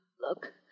Look